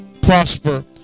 prosper